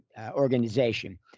organization